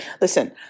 Listen